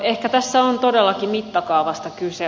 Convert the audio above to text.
ehkä tässä on todellakin mittakaavasta kyse